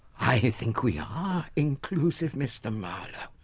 i think we are inclusive, mr marlowe.